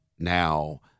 now